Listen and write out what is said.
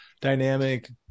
dynamic